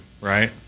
Right